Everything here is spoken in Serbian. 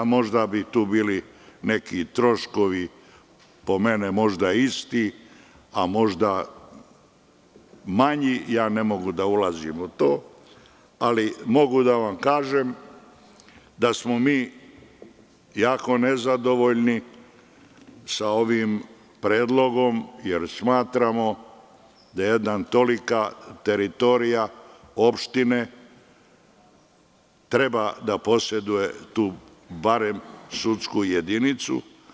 Možda bi tu bili neki troškovi, za mene isti, možda manji, ne mogu da ulazim u to, ali mogu da vam kažem da smo mi jako nezadovoljni sa ovim predlogom, jer smatramo da jedna tolika teritorija opštine treba da poseduje tu, barem sudsku jedinicu.